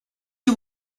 you